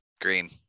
green